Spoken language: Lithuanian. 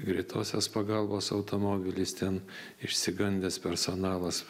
greitosios pagalbos automobilis ten išsigandęs personalas